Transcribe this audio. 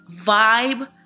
vibe